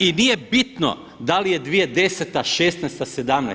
I nije bitno da li je 2010., '16., '17.